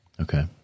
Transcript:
Okay